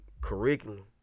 curriculum